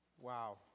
Wow